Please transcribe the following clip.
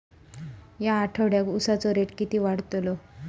या आठवड्याक उसाचो रेट किती वाढतलो?